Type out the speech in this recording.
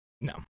No